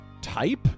type